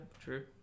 True